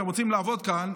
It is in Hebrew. אתם רוצים לעבוד כאן,